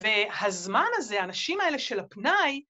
והזמן הזה, האנשים האלה של הפנאי...